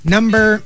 Number